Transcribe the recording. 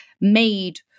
made